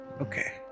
Okay